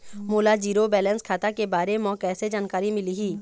मोला zero balance खाता के बारे म कैसे जानकारी मिलही?